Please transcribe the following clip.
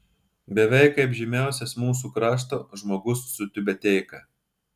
beveik kaip žymiausias mūsų krašto žmogus su tiubeteika